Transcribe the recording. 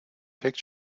take